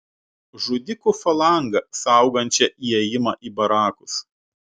žudikų falangą saugančią įėjimą į barakus